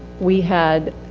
we had.